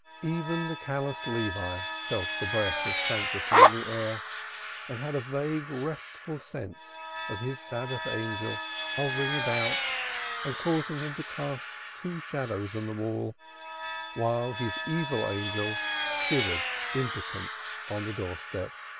even the callous levi felt the breath of sanctity in the air and had a vague restful sense of his sabbath angel hovering about and causing him to cast two shadows on the wall while his evil angel shivered impotent on the door-step.